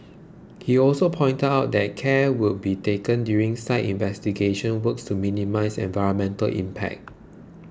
he also pointed out that care will be taken during site investigation works to minimise environmental impact